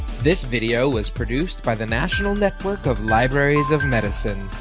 this video was produced by the national network of libraries of medicine.